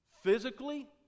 physically